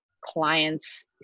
clients